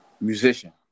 musician